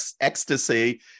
Ecstasy